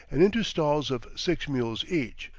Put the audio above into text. and into stalls of six mules each.